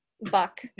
Buck